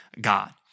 God